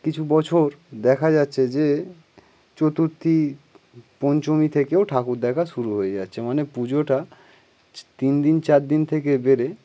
কিছু বছর দেখা যাচ্ছে যে চতুর্থী পঞ্চমী থেকেও ঠাকুর দেখা শুরু হয়ে যাচ্ছে মানে পুজোটা তিন দিন চার দিন থেকে বেড়ে